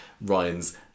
Ryan's